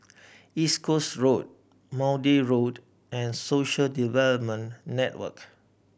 East Coast Road Maude Road and Social Development Network